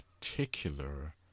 particular